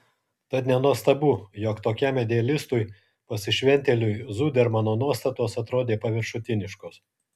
tad nenuostabu jog tokiam idealistui pasišventėliui zudermano nuostatos atrodė paviršutiniškos